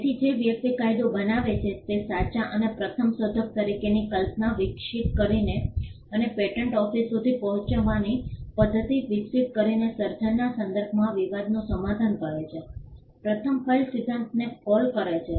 તેથી જે વ્યક્તિ કાયદો બનાવે છે તે સાચા અને પ્રથમ શોધક તરીકેની કલ્પના વિકસિત કરીને અને પેટન્ટ ઓફિસ સુધી પહોંચવાની પદ્ધતિ વિકસિત કરીને સર્જનના સંદર્ભમાં વિવાદનું સમાધાન કરે છે પ્રથમ ફાઇલ સિદ્ધાંતને કોલ કરે છે